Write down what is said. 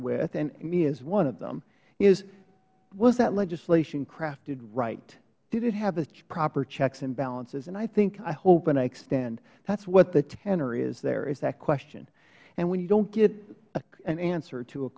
and me as one of them is was that legislation crafted right did it have the proper checks and balances and i think i hope and i extend that's what the tenor is there is that question and when you don't get an answer to a